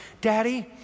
Daddy